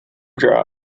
drop